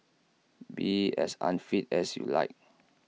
be as unfit as you like